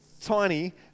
tiny